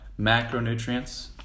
macronutrients